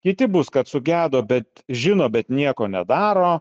kiti bus kad sugedo bet žino bet nieko nedaro